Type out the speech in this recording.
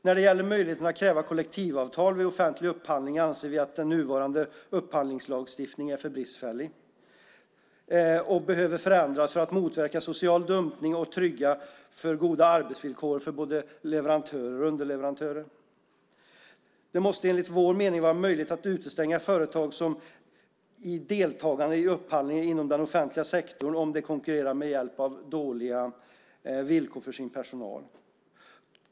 När det gäller möjligheten att kräva kollektivavtal vid offentlig upphandling anser vi att den nuvarande upphandlingslagstiftningen är bristfällig och behöver förändras för att motverka social dumpning och trygga goda arbetsvillkor för anställda hos leverantörer och underleverantörer. Det måste, enligt vår mening, vara möjligt att utestänga företag från deltagande i upphandlingar inom den offentliga sektorn om de konkurrerar med hjälp av dåliga villkor för sin personal.